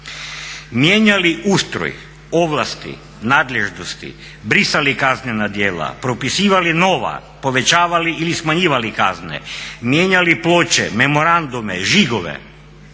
Mijenjali ustroj, ovlasti, nadležnosti, brisali kaznena djela, propisivali nova, povećavali ili smanjivali kazne, mijenjali ploče, memorandume, žigove.